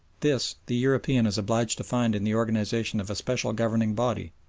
this the european is obliged to find in the organisation of a special governing body,